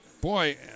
Boy